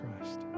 Christ